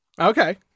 Okay